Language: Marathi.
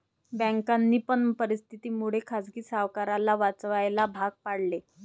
बँकांनी पण परिस्थिती मुळे खाजगी सावकाराला वाचवायला भाग पाडले